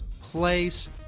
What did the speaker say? place